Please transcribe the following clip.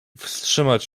wstrzymać